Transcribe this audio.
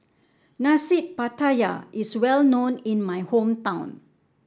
Nasi Pattaya is well known in my hometown